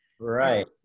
right